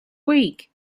week